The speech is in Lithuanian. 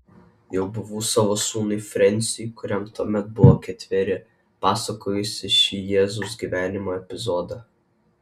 jau buvau savo sūnui frensiui kuriam tuomet buvo ketveri pasakojusi šį jėzaus gyvenimo epizodą